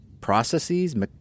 processes